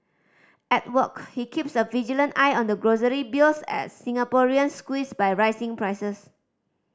at work he keeps a vigilant eye on the grocery bills as Singaporeans squeezed by rising prices